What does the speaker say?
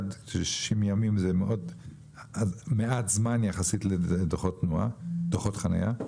60 ימים זה מעט זמן יחסית לדוחות חניה,